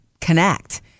connect